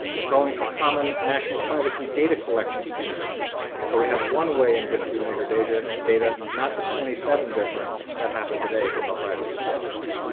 we're calling for common national privacy data collection standards so we have one way in which we measure data, not the twenty seven different that happen today from a privacy standpoint.